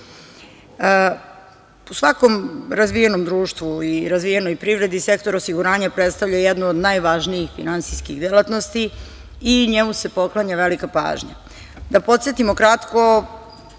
U svakom razvijenom društvu i razvijenoj privredi, sektoru osiguranja predstavlja jednu od najvažnijih finansijskih delatnosti i njemu se poklanja velika pažnja. Da podsetimo kratko